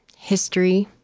history,